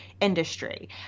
industry